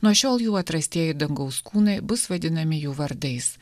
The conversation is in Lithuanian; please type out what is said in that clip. nuo šiol jų atrastieji dangaus kūnai bus vadinami jų vardais